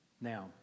Now